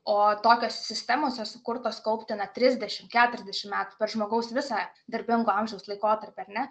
o tokios sistemos jos sukurtos kaupti na trisdešim keturiasdešim metų žmogaus visą darbingo amžiaus laikotarpį ar ne